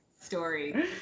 story